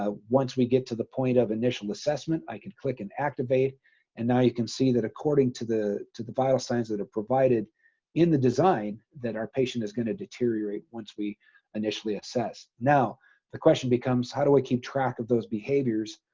once we get to the point of initial assessment, i can click and activate and now you can see that according to the to the vital signs that are provided in the design that our patient is going to deteriorate once we initially assess now the question becomes how do i keep track of those behaviors?